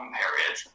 period